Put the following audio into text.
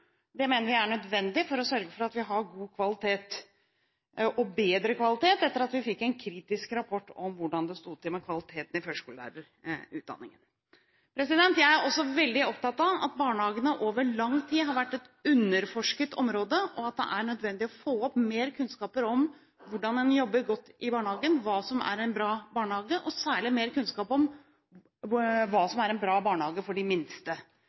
Det mener vi er nødvendig for å sørge for at vi har god kvalitet, og bedre kvalitet, etter at vi fikk en kritisk rapport om hvordan det sto til med kvaliteten i førskolelærerutdanningen. Jeg er også veldig opptatt av at barnehagene over lang tid har vært et underforsket område, og at det er nødvendig å få opp mer kunnskap om hvordan en jobber godt i barnehagen, hva som er en bra barnehage – særlig mer kunnskap om hva som er en bra barnehage for de minste.